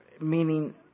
meaning